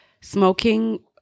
smoking